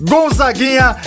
Gonzaguinha